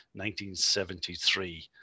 1973